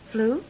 Flu